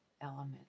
element